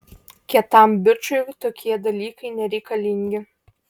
kietam bičui tokie dalykai nereikalingi